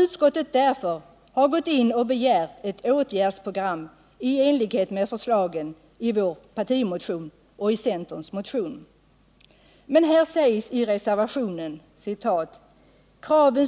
Utskottet har därför gått in och begärt ett åtgärdsprogram i enlighet med förslagen i vår partimotion och i centerns motion. Här sägs i reservationen att kraven